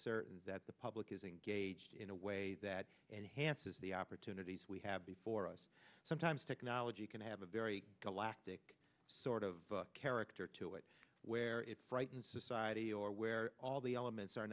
certain that the public is engaged in a way that enhances the opportunities we have before us sometimes technology can have a very elastic sort of character to it where it frightened society or where all the elements are